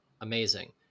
amazing